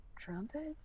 trumpets